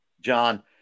John